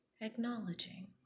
acknowledging